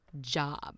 Job